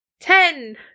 Ten